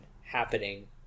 happening